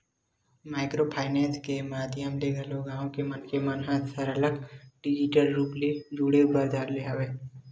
micro finance के माधियम ले घलो गाँव के मनखे मन ह सरलग डिजिटल रुप ले जुड़े बर धर ले हवय